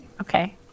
Okay